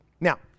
Now